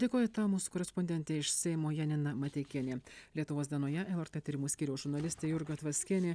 dėkoju tau mūsų korespondentė iš seimo janina mateikienė lietuvos dienoje lrt tyrimų skyriaus žurnalistė jurga tvaskienė